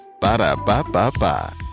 Ba-da-ba-ba-ba